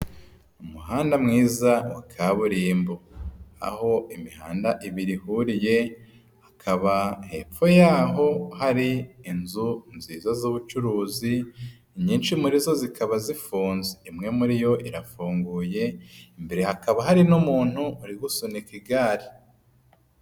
Umuhanda mwiza wa kaburimbo, aho imihanda ibiri ihuriye hakaba hepfo yaho hari inzu nziza z'ubucuruzi, inyinshi muri zo zikaba zifunze. Imwe muri yo irafunguye, imbere hakaba hari n'umuntu uri gusunika igare.